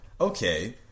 okay